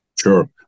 Sure